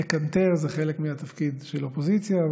לקנטר זה חלק מהתפקיד של אופוזיציה.